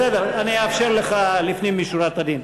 בסדר, אני אאפשר לך לפנים משורת הדין.